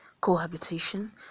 cohabitation